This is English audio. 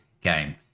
game